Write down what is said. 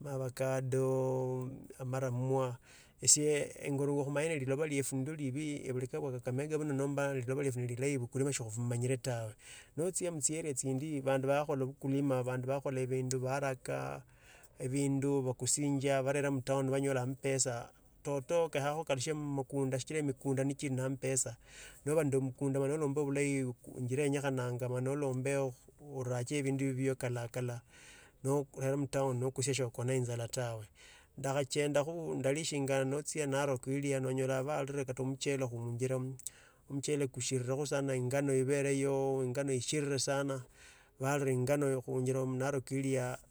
omabakado amaramwa. Esie engorwa khumanyi eliloba liefwe nilio libii elubeka lwa kakamega ino nomba litoba nelilahi bukulima sibubanyile tawe. Notsia mutsieria tsindi bandu bakhalo bukulima baraka bindu bakusianga barara mutowa banyolanyo ampesa. Tto to kienyekihanga khukalukhe mmukundu sichira mikunda nichiri na ampesa. Noba no omukunda nolumba bulahi enjira yenyekhanangu noelombeho oracheyo bindu bibio norera muto un no kusia sookona injara tawe. Ndabereho kala nato lia onyola kata baare muchele kunjira. Muchele kuchirira kho sana tsingano tsibereho ingano tsichiriri sana, bharili ingano we ingonjeroo mnarok iliyaa.